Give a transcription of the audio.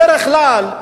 בדרך כלל,